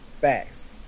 Facts